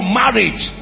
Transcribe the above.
marriage